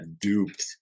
duped